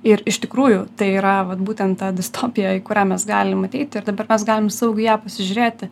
ir iš tikrųjų tai yra vat būtent ta distopijoja į kurią mes galim ateiti ir dabar mes galim saugiai ją pasižiūrėti